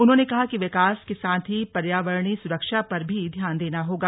उन्होंने कहा कि विकास के साथ ही पर्यावरणीय सुरक्षा पर भी ध्यान देना होगा